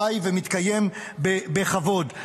חי ומתקיים בכבוד.